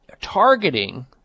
targeting